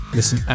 Listen